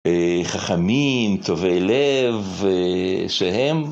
חכמים, טובי לב, שהם